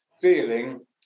feeling